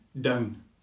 down